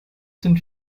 sind